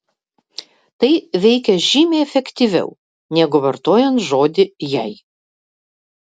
tai veikia žymiai efektyviau negu vartojant žodį jei